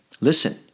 listen